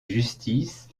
justice